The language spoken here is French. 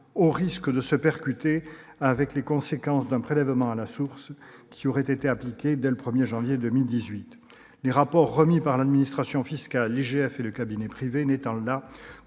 risqué d'être percuté par les conséquences du prélèvement à la source si ce dernier avait été appliqué dès le 1 janvier 2018. Les rapports remis par l'administration fiscale, l'IGF et le cabinet privé ne sont là